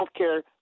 Healthcare